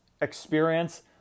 experience